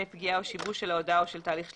פגיעה או שיבוש של ההודעה או של תהליך שליחתה.